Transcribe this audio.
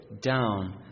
down